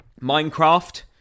Minecraft